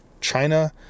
China